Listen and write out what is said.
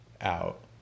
out